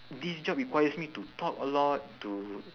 this job requires me to talk a lot to